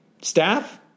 staff